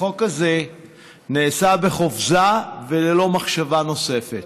החוק הזה נעשה בחופזה וללא מחשבה נוספת.